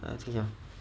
think so